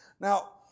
Now